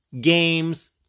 games